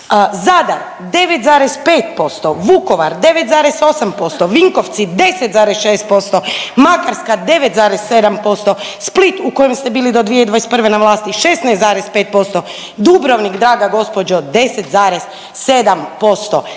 Zadar 9,5%, Vukovar 9,8%, Vinkovci 10,6%, Makarska 9,7%, Split u kojem ste bili do 2021. na vlasti 16,5%, Dubrovnik draga gospođo 10,7%.